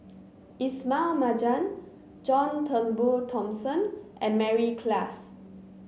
Ismail Marjan John Turnbull Thomson and Mary Klass